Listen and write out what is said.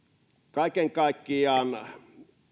kaiken kaikkiaan